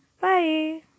bye